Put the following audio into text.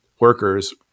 workers